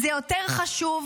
זה יותר חשוב